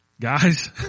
Guys